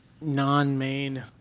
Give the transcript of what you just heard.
non-main